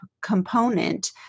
component